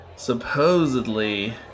Supposedly